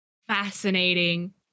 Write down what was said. Fascinating